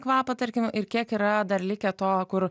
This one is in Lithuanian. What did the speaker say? kvapą tarkim ir kiek yra dar likę to kur